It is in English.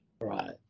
Right